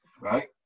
right